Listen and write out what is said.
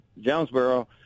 Jonesboro